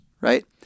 right